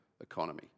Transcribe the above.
economy